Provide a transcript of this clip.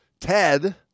Ted